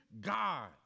God